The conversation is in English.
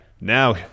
Now